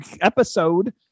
episode